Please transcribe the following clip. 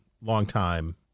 longtime